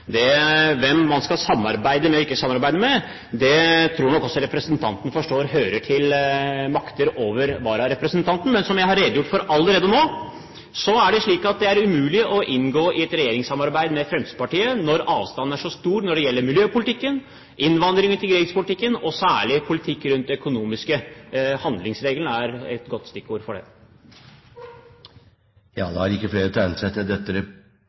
partiet. Hvem man skal samarbeide med og ikke samarbeide med, det tror jeg nok også representanten forstår at hører til makter over vararepresentanten. Men som jeg allerede nå har redegjort for, er det slik at det er umulig å inngå i et regjeringssamarbeid sammen med Fremskrittspartiet når avstanden er så stor når det gjelder miljøpolitikken, innvandrings- og integreringspolitikken, og når det gjelder den økonomiske politikken. Handlingsregelen er et godt stikkord for det. Eg har